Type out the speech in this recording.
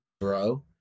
bro